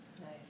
Nice